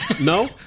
no